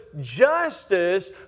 justice